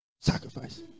sacrifice